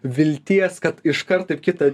vilties kad iškart ir kita